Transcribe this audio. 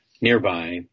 nearby